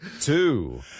Two